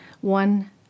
one